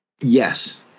yes